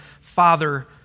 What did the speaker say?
Father